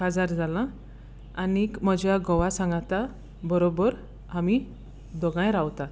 काजार जालां आनीक म्हज्या घोवा सांगाता बरोबर आमी दोगांय रावता